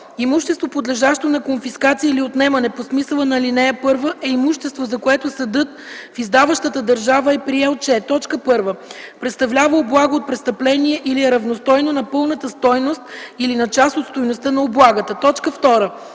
Имущество, подлежащо на конфискация или отнемане по смисъла на ал. 1, е имущество, за което съдът в издаващата държава е приел, че: 1. представлява облага от престъпление или е равностойно на пълната стойност или на част от стойността на облагата; 2.